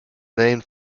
named